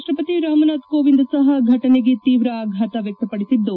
ರಾಪ್ಪಪತಿ ರಾಮನಾಥ್ ಕೋವಿಂದ್ ಸಹ ಫಟನೆಗೆ ತೀವ್ರ ಆಘಾತ ವ್ಯಕ್ತಪಡಿಸಿದ್ದು